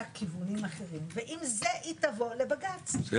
כיוונים אחרים ועם זה היא תבוא לבג"ץ,